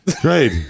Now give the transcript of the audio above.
Great